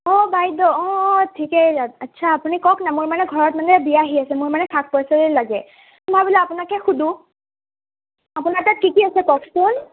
অঁ বাইদেউ অঁ অঁ ঠিকেই আছে আচ্ছা আপুনি কওক না মই মানে ঘৰত মানে বিয়া আহি আছে মোৰ মানে শাক পাচলি লাগে মই বোলো আপোনাকে সোধো আপোনাৰ তাত কি কি আছে কওকচোন